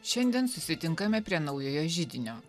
šiandien susitinkame prie naujojo židinio